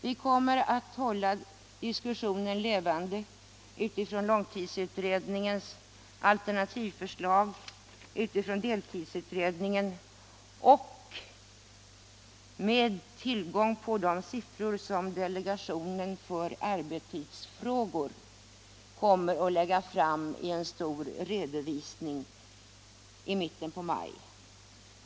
Vi kommer att hålla diskussionen levande utifrån långtidsutredningens alternativförslag, utifrån deltidsutredningens resultat och med tillgång till de siffror som delegationen för arbetstidsfrågor kommer att lägga fram i en stor redovisning i mitten av maj.